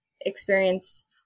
experience